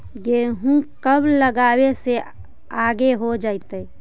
गेहूं कब लगावे से आगे हो जाई?